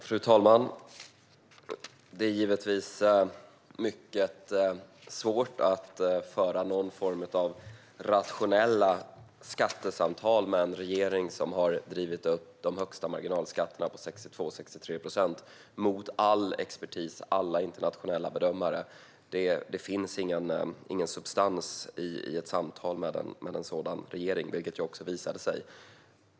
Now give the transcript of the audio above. Fru talman! Det är givetvis mycket svårt att föra någon form av rationella skattesamtal med en regering som har drivit upp de högsta marginalskatterna på 62-63 procent, mot all expertis och alla internationella bedömare. Det finns ingen substans i ett samtal med en sådan regering, vilket också har visat sig.